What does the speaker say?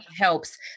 helps